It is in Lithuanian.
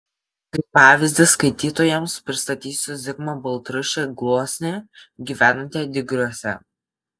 kaip pavyzdį skaitytojams pristatysiu zigmą baltrušį gluosnį gyvenantį digriuose